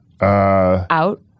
Out